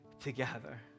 together